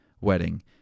wedding